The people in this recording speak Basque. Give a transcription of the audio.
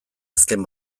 azken